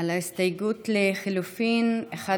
(4) לחילופין של חברי הכנסת יצחק פינדרוס,